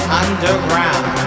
underground